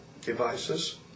devices